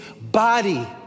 body